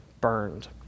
burned